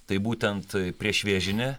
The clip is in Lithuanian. tai būtent priešvėžinė